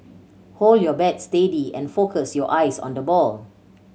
hold your bat steady and focus your eyes on the ball